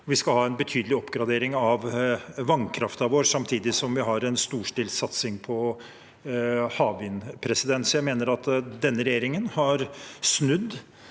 vi skal ha en betydelig oppgradering av vannkraften vår, samtidig som vi har en storstilt satsing på havvind. Jeg mener at denne regjeringen har snudd